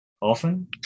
Often